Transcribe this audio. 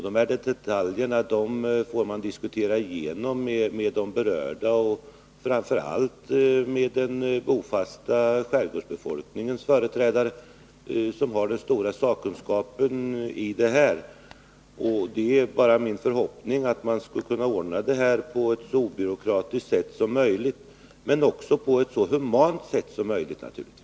Detaljerna får man diskutera igenom med de berörda och framför allt med den bofasta skärgårdsbefolkningens företrädare, som har den stora sakkunskapen. Det är min förhoppning att man skall kunna ordna detta på ett så obyråkratiskt sätt som möjligt, men också naturligtvis på ett så humant sätt som möjligt. Det är viktigt.